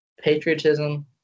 patriotism